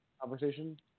conversation